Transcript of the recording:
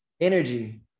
Energy